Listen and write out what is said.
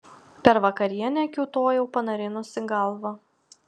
per vakarienę kiūtojau panarinusi galvą